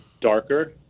darker